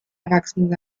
erwachsen